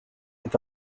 est